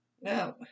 No